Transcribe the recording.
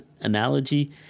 analogy